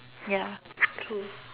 ya true